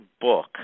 book